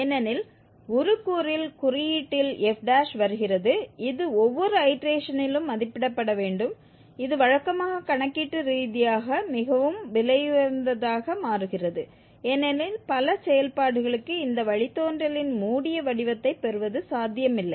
ஏனெனில் உருக்கூறில் குறியீட்டில் f வருகிறது இது ஒவ்வொரு ஐடேரேஷனிலும் மதிப்பிடப்பட வேண்டும் இது வழக்கமாக கணக்கீட்டு ரீதியாக மிகவும் விலையுயர்ந்ததாக மாறுகிறது ஏனெனில் பல செயல்பாடுகளுக்கு இந்த வழித்தோன்றலின் மூடிய வடிவத்தைப் பெறுவது சாத்தியமில்லை